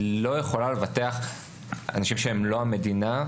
היא לא יכולה לבטח אנשים שהם לא המדינה,